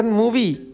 movie